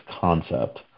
concept